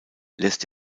lässt